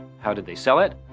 how did they sell it?